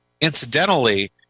Incidentally